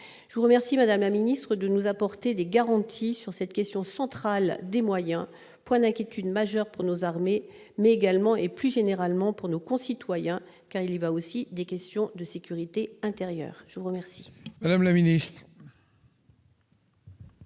Je vous remercie, madame la ministre, de nous apporter des garanties sur la question centrale des moyens, point d'inquiétude majeure pour nos armées, mais également, et plus généralement, pour nos concitoyens, car il y va aussi des questions de sécurité intérieure. La parole est à Mme la ministre.